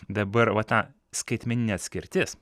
dabar va ta skaitmeninė atskirtis